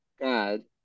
God